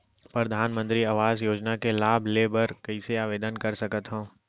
परधानमंतरी आवास योजना के लाभ ले बर कइसे आवेदन कर सकथव?